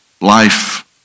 Life